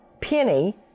Penny